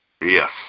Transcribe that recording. Yes